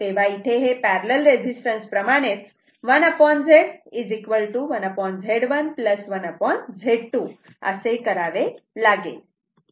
तेव्हा इथे हे पॅरलल रेजिस्टन्स प्रमाणेच 1Z 1Z1 1 Z2 करावे लागेल